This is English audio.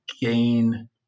gain